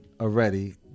already